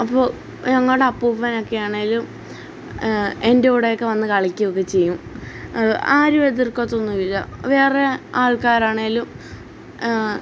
അപ്പോൾ ഞങ്ങളുടെ അപ്പൂപ്പനൊക്കെയാണെങ്കിലും എന്റെ കൂടെയൊക്കെ വന്നു കളിക്കുകയൊക്കെ ചെയ്യും ആരും എതിർക്കത്തൊന്നുമില്ല വേറെ ആൾക്കാരാണെങ്കിലും